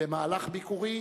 במהלך ביקורי,